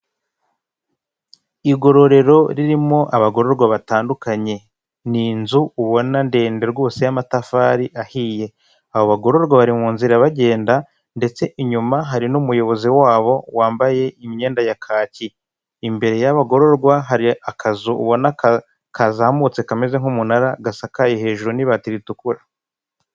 Igororero ririmo abagororwa batandukanye, n'inzu ubona ndende rwose n'amatafari ahiye, abo bagororwa bari mu nzira bagenda, ndetse inyuma hari n'umuyobozi wabo wambaye imyenda ya kaki, imbere y'abagororwa hari akazu ubona kazamutse kameze nk'umunara, gasakaye hejuru n'ibati ritukura.